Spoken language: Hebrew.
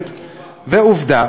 חיילי החובה.